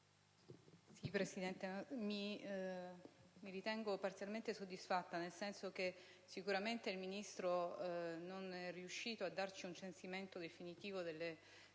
Presidente, mi ritengo parzialmente soddisfatta, nel senso che sicuramente il Ministro non è riuscito a darci un censimento definitivo dello